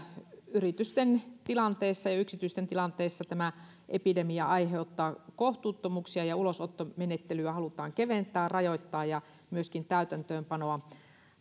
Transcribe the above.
yritysten tilanteissa ja yksityisten tilanteissa tämä epidemia aiheuttaa kohtuuttomuuksia ja ulosottomenettelyä halutaan keventää rajoittaa ja myöskin täytäntöönpanoa